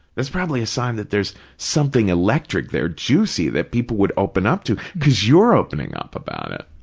that's probably a sign that there's something electric there, juicy, that people would open up to, because you're opening up about it.